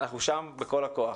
אנחנו שם בכל הכוח.